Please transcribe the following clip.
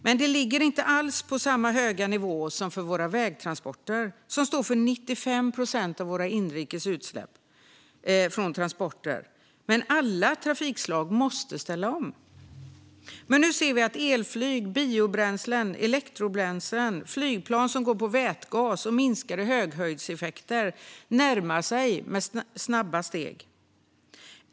Men den ligger inte alls på samma höga nivå som den från våra vägtransporter, som står för 95 procent av våra inrikes utsläpp från transporter. Alla trafikslag måste dock ställa om. Och nu ser vi att elflyg, biobränslen, elektrobränslen, flygplan som går på vätgas och minskade höghöjdseffekter närmar sig med snabba steg.